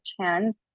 chance